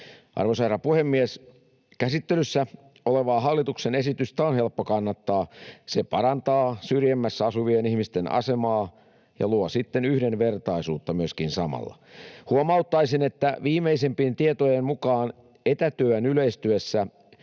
Arvoisa herra puhemies! Käsittelyssä olevaa hallituksen esitystä on helppo kannattaa. Se parantaa syrjemmässä asuvien ihmisten asemaa ja luo siten yhdenvertaisuutta myöskin samalla. Huomauttaisin, että viimeisimpien tietojen mukaan etätyön yleistyessä